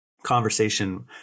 conversation